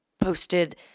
posted